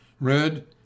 Red